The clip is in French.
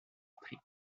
stricte